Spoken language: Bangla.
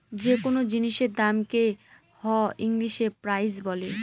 যে কোনো জিনিসের দামকে হ ইংলিশে প্রাইস বলে